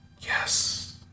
Yes